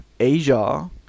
Asia